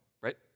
right